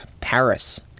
Paris